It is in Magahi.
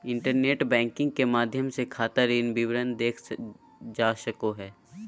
इंटरनेट बैंकिंग के माध्यम से खाता ऋण विवरण देखल जा सको हइ